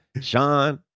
Sean